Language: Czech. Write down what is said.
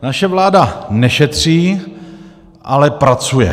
Naše vláda nešetří, ale pracuje.